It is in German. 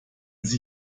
sie